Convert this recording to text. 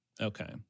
Okay